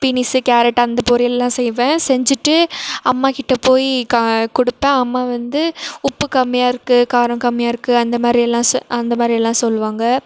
beans carrot அந்த பொரியல்லாம் செய்வேன் செஞ்சுட்டு அம்மாகிட்டே போய் கா கொடுப்பேன் அம்மா வந்து உப்பு கம்மியாக இருக்குது காரம் கம்மியாக இருக்குது அந்த மாதிரியெல்லாம் செ அந்த மாதிரியெல்லாம் சொல்லுவாங்க